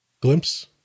Glimpse